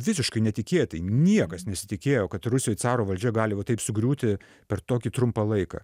visiškai netikėtai niekas nesitikėjo kad rusijoj caro valdžia gali va taip sugriūti per tokį trumpą laiką